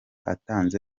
atanze